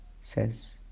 says